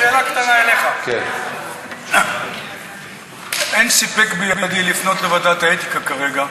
שאלה קטנה אליך: אין סיפק בידי לפנות לוועדת האתיקה כרגע.